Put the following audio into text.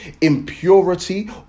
impurity